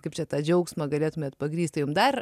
kaip čia tą džiaugsmą galėtumėt pagrįsti jum dar